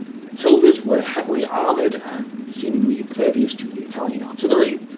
the matilda's were heavily armoured, and seemingly impervious to italian artillery,